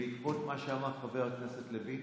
בעקבות מה שאמר חבר הכנסת לוין